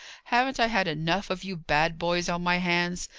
haven't i had enough of you bad boys on my hands,